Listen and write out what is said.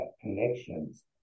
connections